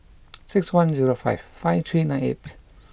six one zero five five three nine eight